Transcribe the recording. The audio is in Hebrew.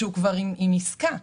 כשהוא כבר עם עסקה.